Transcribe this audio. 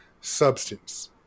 substance